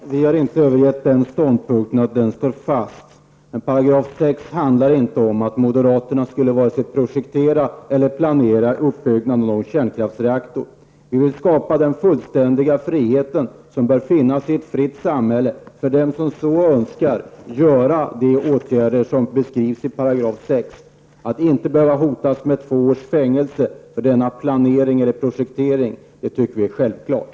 Herr talman! Vi har inte övergivit den ståndpunkten, den står fast. Men 6 § handlar inte om att moderaterna skulle vare sig projektera eller planera uppbyggnaden av någon kärnkraftsreaktor. Vi vill skapa den fullständiga frihet som bör finnas i ett fritt samhälle för dem som så önskar att vidta de åtgärder som beskrivs i 6 § utan att behöva hotas med två års fängelse för denna planering eller projektering. Det tycker vi är självklart.